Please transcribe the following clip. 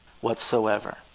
whatsoever